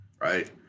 Right